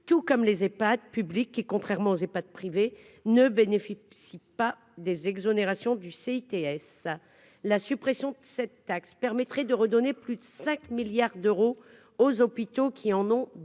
tout comme les épate qui contrairement aux pas de privé ne bénéficient pas des exonérations du CIT s la suppression de cette taxe permettrait de redonner plus de 5 milliards d'euros aux hôpitaux qui en ont